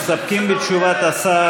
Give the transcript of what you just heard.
אדוני היושב-ראש, המציעים מסתפקים בתשובת השר?